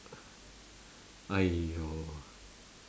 !aiyo!